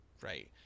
right